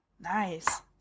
nice